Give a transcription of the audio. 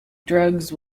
drugs